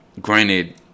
granted